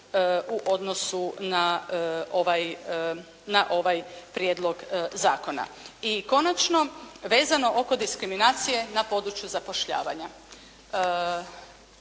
u odnosu na ovaj prijedlog zakona. I konačno, vezano oko diskriminacije na području zapošljavanja.